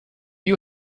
you